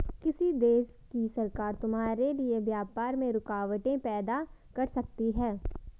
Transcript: किसी देश की सरकार तुम्हारे लिए व्यापार में रुकावटें पैदा कर सकती हैं